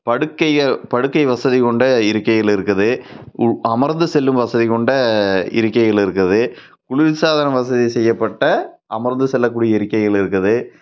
படுக்கை படுக்கை வசதி கொண்ட இருக்கைகள் இருக்குது உ அமர்ந்து செல்லும் வசதி கொண்ட இருக்கைகள் இருக்குது குளிர்சாதனம் வசதி செய்யப்பட்ட அமர்ந்து செல்லக்கூடிய இருக்கைகள் இருக்குது